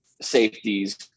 safeties